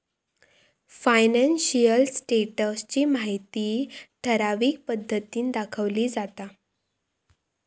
financial status ची माहिती ठराविक पद्धतीन दाखवली जाता